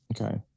Okay